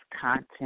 content